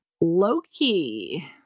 Loki